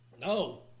No